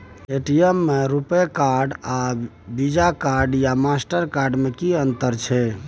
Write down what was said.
ATM में RuPay card आर Visa card या मास्टर कार्ड में कि अतंर छै?